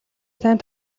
сайн